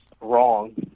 wrong